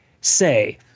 say